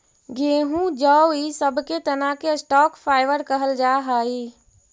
गेहूँ जौ इ सब के तना के स्टॉक फाइवर कहल जा हई